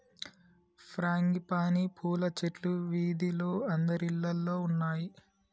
frangipani పూల చెట్లు వీధిలో అందరిల్లల్లో ఉన్నాయి